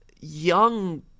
young